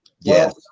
Yes